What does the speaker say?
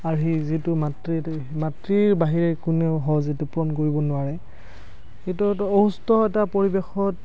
আৰ্হি যিটো মাতৃৰ মাতৃৰ বাহিৰে কোনেও সহজতে পূৰণ কৰিব নোৱাৰে এইটো এটা অসুস্থ এটা পৰিৱেশত